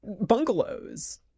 bungalows